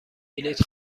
بلیط